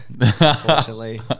Unfortunately